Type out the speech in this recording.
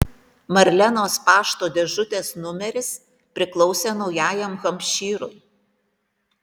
marlenos pašto dėžutės numeris priklausė naujajam hampšyrui